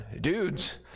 dudes